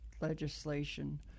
legislation